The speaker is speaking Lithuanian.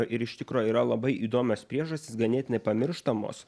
ir iš tikro yra labai įdomios priežastys ganėtinai pamirštamos